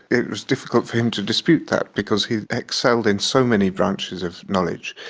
it was difficult for him to dispute that because he excelled in so many branches of knowledge.